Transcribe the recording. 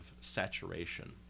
saturation